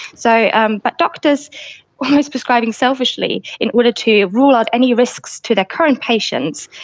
so um but doctors are almost prescribing selfishly in order to rule out any risks to their current patients.